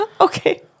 Okay